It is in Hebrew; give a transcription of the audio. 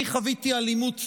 אני חוויתי אלימות פיזית,